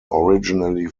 originally